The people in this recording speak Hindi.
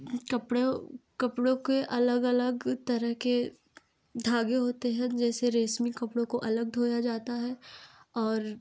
कपड़े कपड़ों के अलग अलग तरह के धागे होते हैं जैसे रेशमी कपड़ों को अलग धोया जाता है और